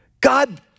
God